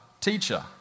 teacher